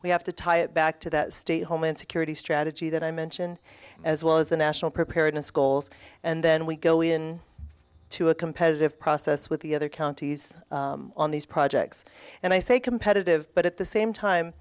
we have to tie it back to that state home and security strategy that i mentioned as well as the national preparedness goals and then we go in to a competitive process with the other counties on these projects and i say competitive but at the same time